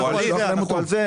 אתה יכול לשלוח להם אותו?